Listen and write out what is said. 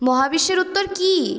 মহাবিশ্বের উত্তর কী